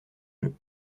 jeux